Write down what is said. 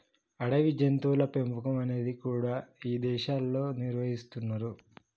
అడవి జంతువుల పెంపకం అనేది కూడా ఇదేశాల్లో నిర్వహిస్తున్నరు